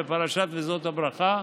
בפרשת וזאת הברכה,